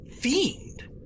fiend